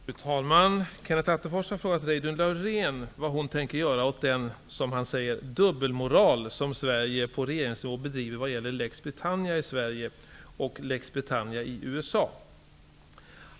Fru talman! Kenneth Attefors har frågat Reidunn Laurén vad hon tänker göra åt den -- som han säger -- dubbelmoral som Sverige på regeringsnivå bedriver vad gäller Lex Britannia i Sverige och Lex Britannia i USA.